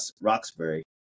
Roxbury